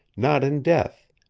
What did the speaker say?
not in death,